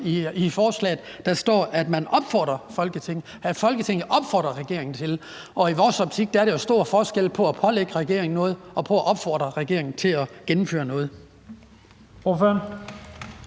i forslaget, men at Folketinget opfordrer regeringen til det. Og i vores optik er der jo stor forskel på at pålægge regeringen noget og på at opfordre regeringen til at gennemføre noget.